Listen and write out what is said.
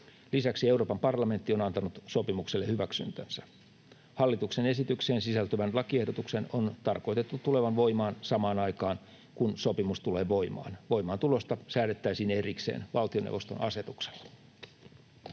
Lisäksi Euroopan parlamentti on antanut sopimukselle hyväksyntänsä. Hallituksen esitykseen sisältyvän lakiehdotuksen on tarkoitettu tulevan voimaan samaan aikaan, kun sopimus tulee voimaan. Voimaantulosta säädettäisiin erikseen valtioneuvoston asetuksella.